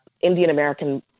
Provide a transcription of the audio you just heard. Indian-American